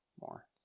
more